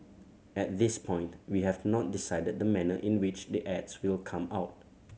at this point we have not decided the manner in which the ads will come out